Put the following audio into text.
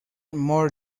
more